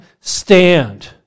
stand